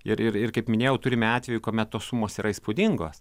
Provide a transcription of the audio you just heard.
ir ir ir kaip minėjau turime atvejų kuomet tos sumos yra įspūdingos